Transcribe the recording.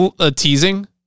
teasing